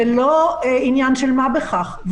זה לא עניין של מה בכך.